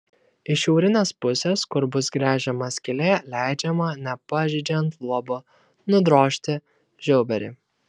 iš šiaurinės pusės kur bus gręžiama skylė leidžiama nepažeidžiant luobo nudrožti žiauberį